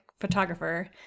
photographer